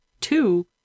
two